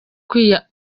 kwakira